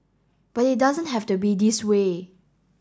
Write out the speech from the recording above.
but it doesn't have to be this way